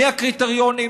מה הקריטריונים?